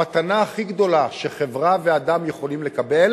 המתנה הכי גדולה שחברה ואדם יכולים לקבל